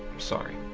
sorry.